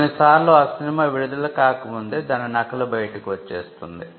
కొన్ని సార్లు ఆ సినిమా విడుదల కాకముందే దాని నకలు బయటకు వచ్చేస్తుంది